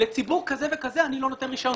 שלציבור כזה וכזה אני לא נותן רישיון.